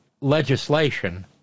legislation